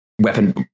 weapon